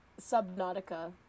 Subnautica